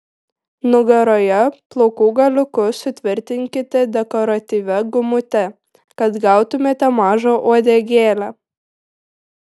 nugaroje plaukų galiukus sutvirtinkite dekoratyvia gumute kad gautumėte mažą uodegėlę